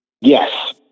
yes